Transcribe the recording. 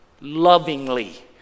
Lovingly